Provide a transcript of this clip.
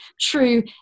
true